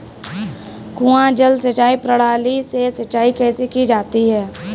कुआँ जल सिंचाई प्रणाली से सिंचाई कैसे की जाती है?